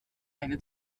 eine